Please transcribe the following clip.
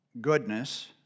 goodness